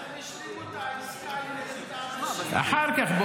אז הם השלימו את העסקה --- אחר כך,